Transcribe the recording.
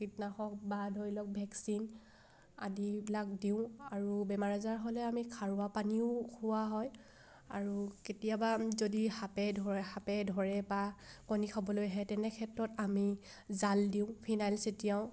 কীটনাশক বা ধৰি লওক ভেকচিন আদিবিলাক দিওঁ আৰু বেমাৰ আজাৰ হ'লে আমি খাৰুৱা পানীও খোৱা হয় আৰু কেতিয়াবা যদি সাপে ধৰে সাপে ধৰে বা কণী খাবলৈ আহে তেনে ক্ষেত্ৰত আমি জাল দিওঁ ফিনাইল ছটিয়াও